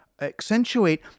Accentuate